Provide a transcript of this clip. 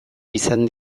izan